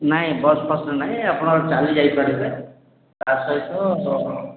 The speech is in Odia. ନାଇଁ ବସ୍ଫସ୍ ନହିଁ ଆପଣ ଚାଲି ଯାଇପାରିବେ ତା' ସହିତ